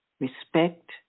Respect